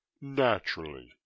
naturally